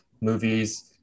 movies